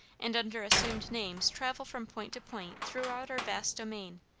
and under assumed names travel from point to point throughout our vast domain,